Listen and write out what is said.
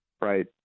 right